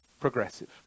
progressive